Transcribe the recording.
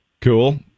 Cool